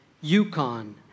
Yukon